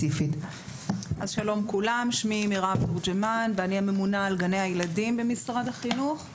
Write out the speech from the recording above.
אני הממונה על גני הילדים במשרד החינוך.